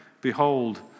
Behold